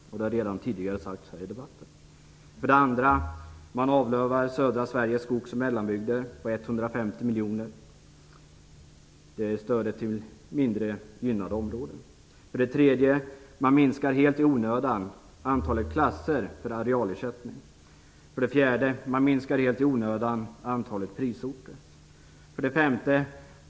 Detta har sagts redan tidigare här i debatten. 2. Man avlövar södra Sveriges skogs och mellanbygder genom att avstå från stödet till mindre gynnade områden. 3. Man minskar helt i onödan antalet klasser för arealersättning. 4. Man minskar helt i onödan antalet prisorter. 5.